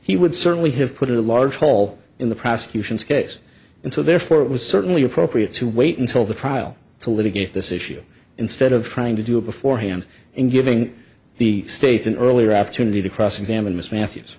he would certainly have put a large hole in the prosecution's case and so therefore it was certainly appropriate to wait until the trial to litigate this issue instead of trying to do it beforehand and giving the state an earlier opportunity to cross examine this matthews